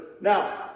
Now